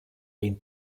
been